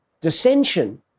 dissension